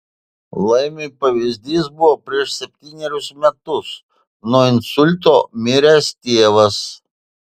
laimiui pavyzdys buvo prieš septynerius metus nuo insulto miręs tėvas